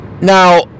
Now